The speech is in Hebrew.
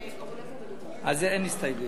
אז אין הסתייגויות.